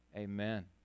Amen